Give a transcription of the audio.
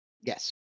Yes